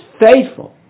faithful